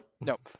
nope